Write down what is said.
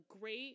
great